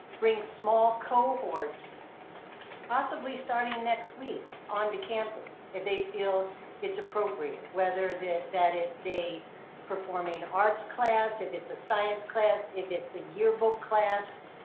bring small cohorts possibly starting next week on the campus if they feel it's appropriate. whether that it's a performing arts class, if it's a science class, if it's a yearbook class,